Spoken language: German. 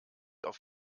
auf